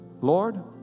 Lord